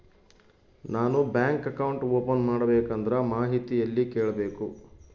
ನಾನು bank account open ಮಾಡಬೇಕಂದ್ರ ಮಾಹಿತಿ ಎಲ್ಲಿ ಕೇಳಬೇಕು?